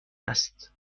است